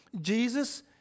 Jesus